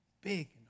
big